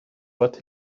but